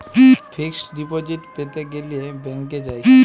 fixed deposit প্যাতে গ্যালে ব্যাংকে যায়